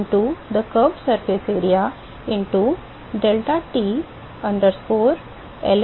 तो यह hbarL into the curved surface area into deltaT lmtd है